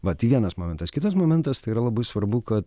vat vienas momentas kitas momentas tai yra labai svarbu kad